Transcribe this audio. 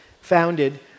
founded